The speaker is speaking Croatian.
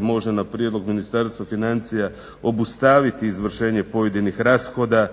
može na prijedlog Ministarstva financija obustaviti izvršenje pojedinih rashoda